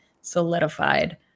solidified